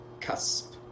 Cusp